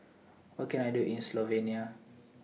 What Can I Do in Slovenia